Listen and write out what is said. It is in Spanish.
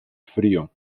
frío